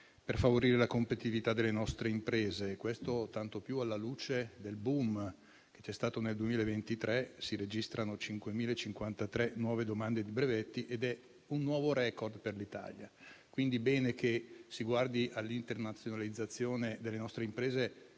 per favorire la competitività delle nostre imprese. E questo tanto più alla luce del *boom* che c'è stato nel 2023: si registrano, infatti, 5.053 nuove domande di brevetti ed è un nuovo *record* per l'Italia. È quindi un bene che si guardi all'internazionalizzazione delle nostre imprese